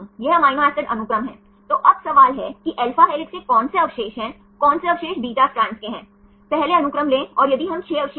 इसी तरह ps आप कह सकते हैं कि 360 डिग्री आप घुमा सकते हैंसही लेकिन यदि आप रोटेटिंग phi और psi एंगल्स क्या यह अनुमति है कि सभी घुमाव